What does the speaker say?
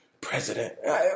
president